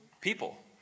people